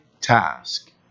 task